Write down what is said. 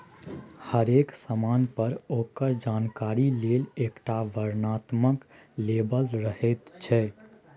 हरेक समान पर ओकर जानकारी लेल एकटा वर्णनात्मक लेबल रहैत छै